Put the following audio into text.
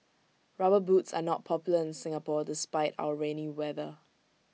rubber boots are not popular in Singapore despite our rainy weather